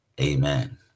Amen